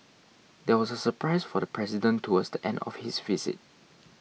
there was a surprise for the president towards the end of his visit